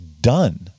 done